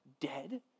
Dead